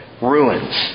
ruins